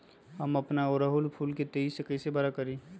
हम अपना ओरहूल फूल के तेजी से कई से बड़ा करी?